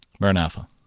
Maranatha